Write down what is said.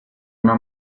una